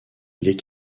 les